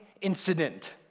incident